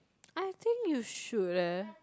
I think you should eh